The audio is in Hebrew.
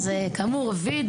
אז כאמור רביד,